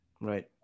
Right